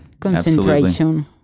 Concentration